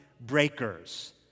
breakers